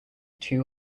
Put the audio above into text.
two